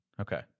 Okay